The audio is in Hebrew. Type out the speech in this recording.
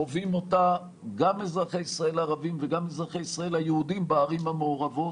חווים אותה גם ישראל הערבים וגם אזרחי ישראל היהודים בערים המעורבות